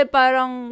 parang